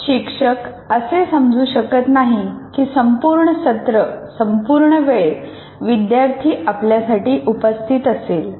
शिक्षक असे समजू शकत नाही की संपूर्ण सत्र संपूर्ण वेळ विद्यार्थी आपल्यासाठी उपस्थित असेल